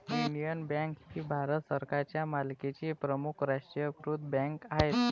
Indian bank ही भारत सरकारच्या मालकीची प्रमुख राष्ट्रीयीकृत बँक आहे